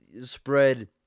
spread